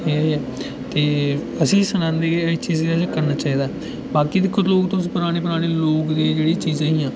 ते एह् एह् असें ई सनांदे कि एह् करना चाहिदा बाकी दिक्खो लोक तुस पराने पराने लोक ते जेह्ड़ियां चीजां हियां